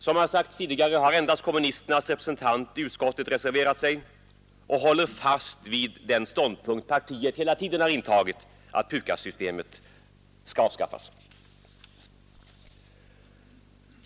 Som har sagts tidigare har endast kommunisternas representant i utskottet reserverat sig och håller fast vid den ståndpunkt som partiet hela tiden har intagit, att PUKAS-systemet skall avskaffas.